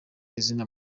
izina